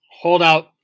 holdout